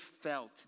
felt